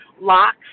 locks